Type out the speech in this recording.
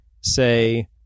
say